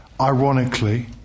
ironically